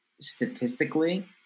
Statistically